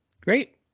Great